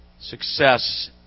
success